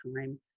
time